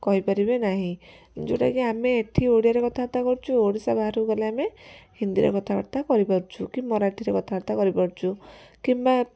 କହିପାରିବେ ନାହିଁ ଯେଉଁଟାକି ଆମେ ଏଠି ଓଡ଼ିଆରେ କଥାବାର୍ତ୍ତା କରୁଛୁ ଓଡ଼ିଶା ବାହାରକୁ ଗଲେ ଆମେ ହିନ୍ଦୀରେ କଥାବାର୍ତ୍ତା କରିପାରୁଛୁ କି ମରାଠୀରେ କଥାବାର୍ତ୍ତା କରିପାରୁଛୁ କିମ୍ବା